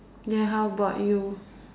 then how about you